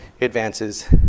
advances